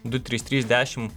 du trys trys dešimt